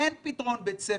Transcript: אין פתרון בית ספר.